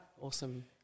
Awesome